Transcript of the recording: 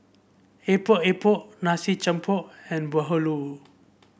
Epok Epok nasi jampur and bahulu